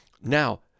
Now